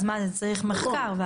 זה צריך מחקר?